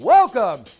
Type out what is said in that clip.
Welcome